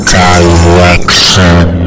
direction